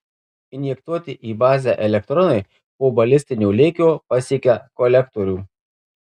injektuoti į bazę elektronai po balistinio lėkio pasiekia kolektorių